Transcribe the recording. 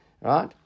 Right